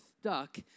stuck